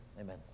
Amen